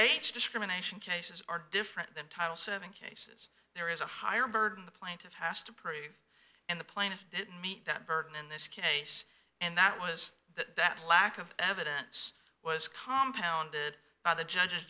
age discrimination cases are different than title seven cases there is a higher burden the plaintiff has to prove and the plaintiff did meet that burden in this case and that was that lack of evidence was compound by the judge and